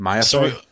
sorry